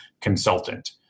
consultant